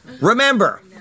Remember